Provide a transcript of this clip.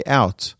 out